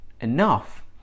enough